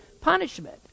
punishment